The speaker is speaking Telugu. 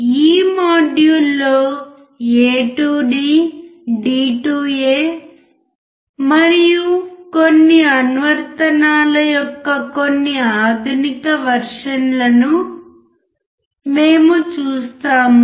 ఈ మాడ్యూల్లో a to d d to a మరియు కొన్ని అనువర్తనాల యొక్క కొన్ని ఆధునిక వర్షన్లను మేము చూస్తాము